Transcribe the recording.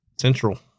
central